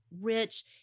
rich